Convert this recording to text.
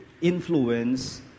influence